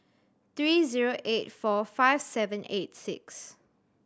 three zero eight four five seven eight six